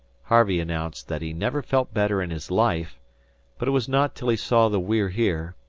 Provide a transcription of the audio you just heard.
harvey announced that he never felt better in his life but it was not till he saw the we're here,